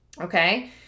Okay